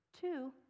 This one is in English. Two